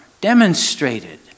demonstrated